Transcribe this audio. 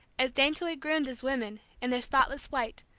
as daintily groomed as women, in their spotless white,